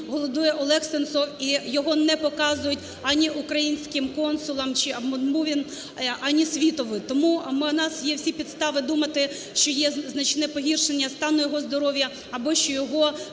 голодує Олег Сенцов, і його не показують ані українським консулам, ані світові. Тому в нас є всі підстави думати, що є значне погіршення стану його здоров'я або що його